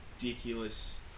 ridiculous